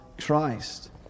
Christ